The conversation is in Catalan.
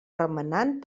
remenant